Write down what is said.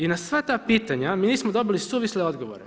I na sva ta pitanja mi nismo dobili suvisle odgovore.